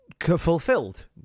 fulfilled